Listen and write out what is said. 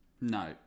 No